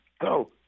go